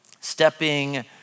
stepping